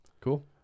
Cool